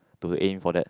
to the aim for that